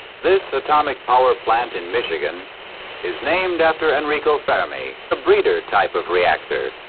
this atomic power plant in michigan is named after enrico fermi. a breeder type of reactor.